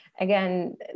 again